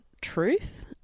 truth